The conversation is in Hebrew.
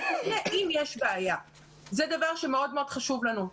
זה דבר שמאוד מאוד חשוב לנו.